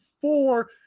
four